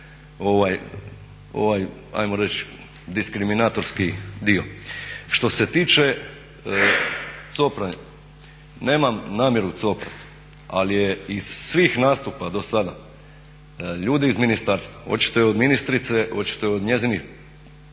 ovaj ajmo reći diskriminatorski dio. Što se tiče copranja, nemam namjeru coprati, ali je iz svih nastupa do sada ljudi iz ministarstva, hoćete od ministrice, hoćete od njezinih